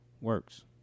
works